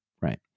right